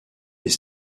des